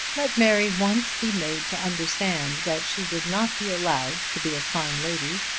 let mary once be made to understand that she would not be allowed to be a fine lady,